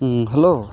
hello